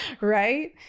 Right